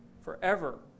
Forever